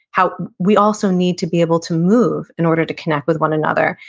how we also need to be able to move in order to connect with one another.